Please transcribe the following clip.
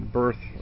birth